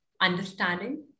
understanding